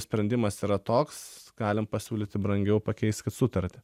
sprendimas yra toks galim pasiūlyti brangiau pakeiskit sutartį